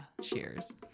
cheers